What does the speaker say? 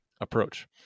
approach